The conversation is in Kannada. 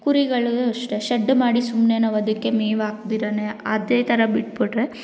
ಕುರಿಗಳೂ ಅಷ್ಟೇ ಶಡ್ ಮಾಡಿ ಸುಮ್ಮನೆ ನಾವು ಅದಕ್ಕೆ ಮೇವು ಹಾಕ್ದಿರ ಅದೇ ಥರ ಬಿಟ್ಟುಬಿಟ್ರೆ